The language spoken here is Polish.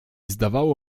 zdawało